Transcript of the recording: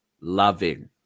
loving